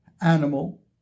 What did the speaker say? animal